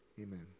Amen